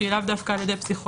שהיא לאו דווקא על ידי פסיכולוג.